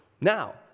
now